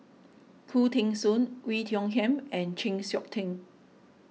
Khoo Teng Soon Oei Tiong Ham and Chng Seok Tin